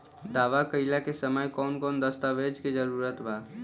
दावा कईला के समय कौन कौन दस्तावेज़ के जरूरत बा?